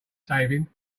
saving